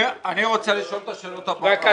אני רוצה לשאול את השאלות הבאות על הנתונים.